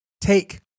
take